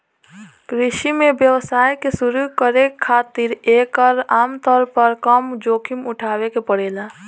कृषि में व्यवसाय के शुरू करे खातिर एकर आमतौर पर कम जोखिम उठावे के पड़ेला